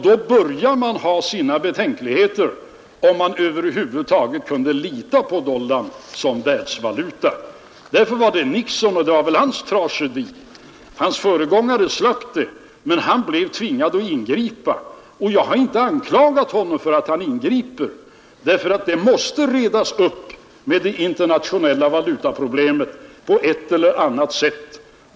Då började man få betänkligheter, om man över huvud taget kunde lita på dollarn som världsvaluta. Därför blev det Nixons tragedi att han tvingades ingripa — hans föregångare slapp det. Jag har inte anklagat honom för att han ingriper; det internationella valutaproblemet måste redas upp på ett eller annat sätt.